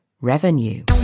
Revenue